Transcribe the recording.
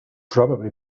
probably